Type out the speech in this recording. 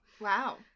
Wow